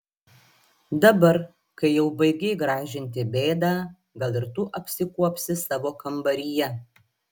dabar kai jau baigei gražinti bėdą gal ir tu apsikuopsi savo kambaryje